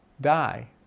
die